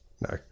no